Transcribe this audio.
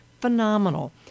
phenomenal